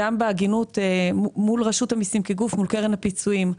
גם בהגינות מול רשות המיסים כגוף מול קרן הפיצויים,